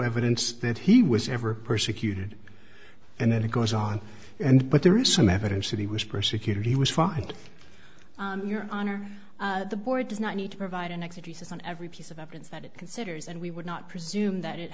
evidence that he was ever persecuted and then he goes on and but there is some evidence that he was persecuted he was fined your honor the board does not need to provide an exit he says on every piece of evidence that it considers and we would not presume that it